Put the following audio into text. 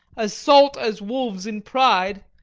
as salt as wolves in pride,